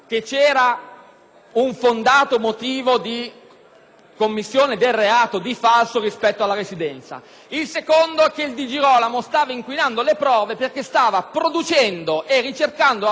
commissione del reato di falso rispetto alla residenza. Il secondo: che Di Girolamo stava inquinando le prove perché stava producendo e ricercando la documentazione per far valere la propria residenza.